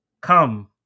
come